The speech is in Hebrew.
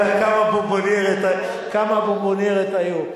כמה בונבוניירות היו.